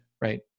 right